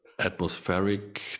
atmospheric